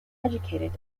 educated